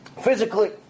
physically